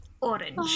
orange